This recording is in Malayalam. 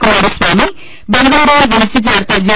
കുമാരസ്വാമി ബംഗലൂരുവിൽ വിളിച്ചു ചേർത്ത ജെ